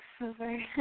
over